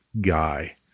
guy